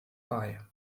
bei